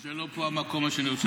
זה לא המקום שאני רוצה להגיד לך.